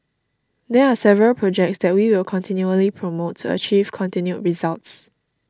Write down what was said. there are several projects that we will continually promote to achieve continued results